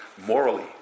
morally